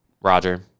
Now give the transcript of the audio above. Roger